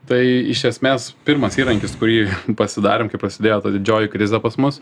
tai iš esmės pirmas įrankis kurį pasidarėm kai prasidėjo ta didžioji krizė pas mus